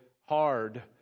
hard